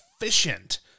efficient